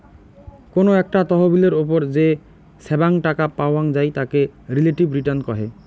কোনো একটা তহবিলের ওপর যে ছাব্যাং টাকা পাওয়াং যাই তাকে রিলেটিভ রিটার্ন কহে